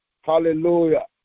Hallelujah